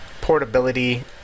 portability